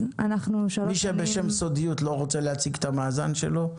מי שבשם סודיות לא ירצה להציג את המאזן שלו,